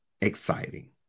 exciting